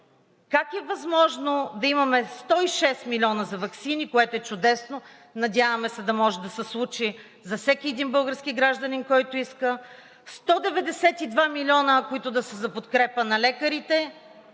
как е възможно да имаме 106 милиона за ваксини, което е чудесно, надяваме се да може да се случи за всеки един български гражданин, който иска; 192 милиона, които да са за подкрепа на лекарите,